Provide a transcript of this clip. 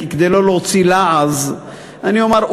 כדי לא להוציא לעז אני אומר,